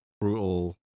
brutal